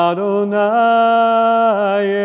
Adonai